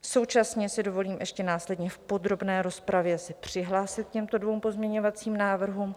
Současně si dovolím ještě následně v podrobné rozpravě se přihlásit k těmto dvěma pozměňovacím návrhům.